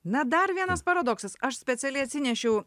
na dar vienas paradoksas aš specialiai atsinešiau